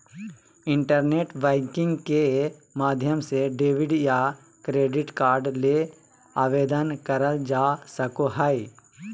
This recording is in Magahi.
इंटरनेट बैंकिंग के माध्यम से डेबिट या क्रेडिट कार्ड ले आवेदन करल जा सको हय